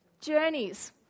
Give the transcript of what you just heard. journeys